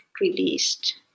released